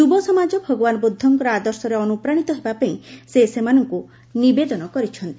ଯୁବ ସମାଜ ଭଗବାନ ବୁଦ୍ଧଙ୍କର ଆଦର୍ଶରେ ଅନୁପ୍ରାଣିତ ହେବା ପାଇଁ ସେ ସେମାନଙ୍କୁ ନିବେଦନ କରିଛନ୍ତି